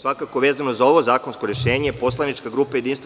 Svakako, vezano za ovo zakonsko rešenje, poslanička grupa JS,